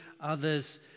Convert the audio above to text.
other's